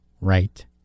Right